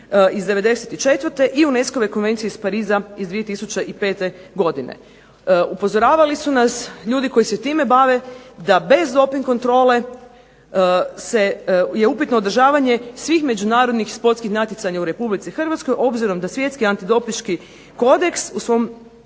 iz '94. i UNESCO-ve konvencije iz Pariza iz 2005. godine. Upozoravali su nas ljudi koji se time bave da bez doping kontrole je upitno održavanje svih međunarodnih sportskih natjecanja u Republici Hrvatskoj obzirom da Svjetski antidopinški kodeks u svom